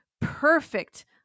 perfect